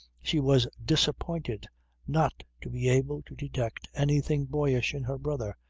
she was disappointed not to be able to detect anything boyish in her brother.